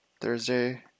Thursday